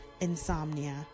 insomnia